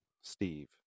steve